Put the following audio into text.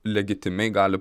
legitimiai gali